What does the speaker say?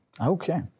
Okay